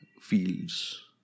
fields